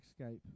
escape